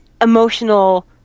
emotional